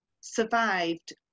survived